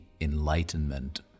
enlightenment